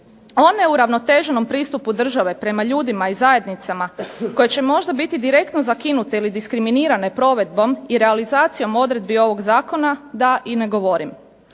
O neuravnoteženom pristupu države prema ljudima i zajednicama koji će možda direktno biti zakinuti ili diskriminirane provedbom i realizacijom odredbi ovoga zakona, da i ne govorim.